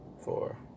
four